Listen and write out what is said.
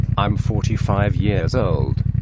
i'm forty five years old.